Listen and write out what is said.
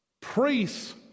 priests